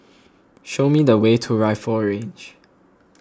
show me the way to Rifle Range